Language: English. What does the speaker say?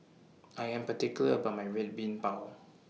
I Am particular about My Red Bean Bao